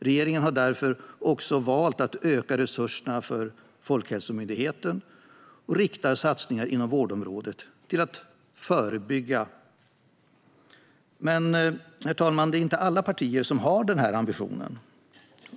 Regeringen har därför också valt att öka resurserna till Folkhälsomyndigheten och riktar satsningar inom vårdområdet mot att förebygga. Men, herr talman, det är inte alla partier som har denna ambition.